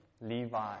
Levi